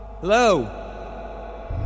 Hello